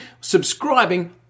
subscribing